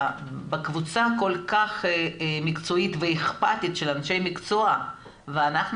בקבוצה כל כך מקצועית ואכפתית של אנשי מקצוע ואנחנו,